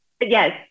Yes